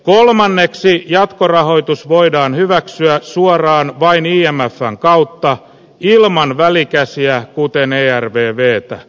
kolmanneksi jatkorahoitus voidaan hyväksyä suoraan vain ja metran kautta ilman välikäsiä hupenee järven vettä